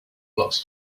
blocks